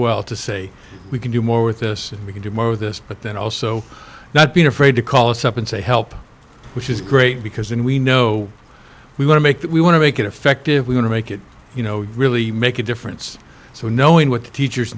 well to say we can do more with this we can do more with this but then also not being afraid to call us up and say help which is great because when we know we want to make that we want to make it effective we want to make it you know really make a difference so knowing what the teachers